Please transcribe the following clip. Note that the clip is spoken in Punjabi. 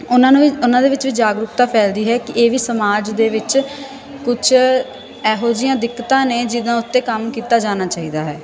ਉਹਨਾਂ ਨੂੰ ਉਹਨਾਂ ਦੇ ਵਿੱਚ ਵੀ ਜਾਗਰੂਕਤਾ ਫੈਲਦੀ ਹੈ ਕਿ ਇਹ ਵੀ ਸਮਾਜ ਦੇ ਵਿੱਚ ਕੁਛ ਇਹੋ ਜਿਹੀਆਂ ਦਿੱਕਤਾਂ ਨੇ ਜਿਹਨਾਂ ਉੱਤੇ ਕੰਮ ਕੀਤਾ ਜਾਣਾ ਚਾਹੀਦਾ ਹੈ